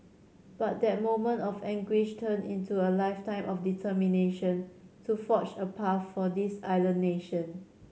but that moment of anguish turned into a lifetime of determination to forge a path for this island nation